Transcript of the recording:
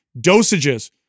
dosages